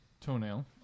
toenail